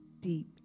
deep